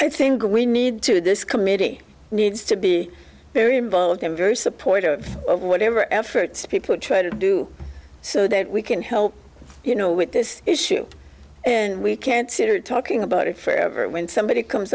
i think we need to this committee needs to be very involved and very supportive of whatever efforts people try to do so that we can help you know with this issue and we can't sit are talking about it forever when somebody comes